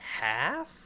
Half